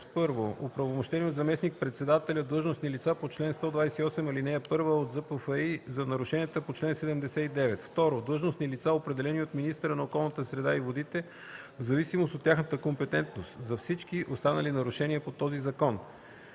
от: 1. оправомощени от заместник-председателя длъжностни лица по чл. 128, ал. 1 от ЗПФИ – за нарушенията по чл. 79; 2. длъжностни лица, определени от министъра на околната среда и водите в зависимост от тяхната компетентност – за всички останали нарушения по този закон.